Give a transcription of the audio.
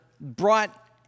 brought